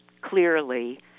clearly